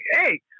hey